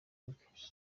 bwe